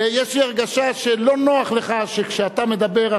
ויש לי הרגשה שלא נוח לך שכשאתה מדבר,